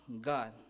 God